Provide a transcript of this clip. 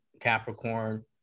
Capricorn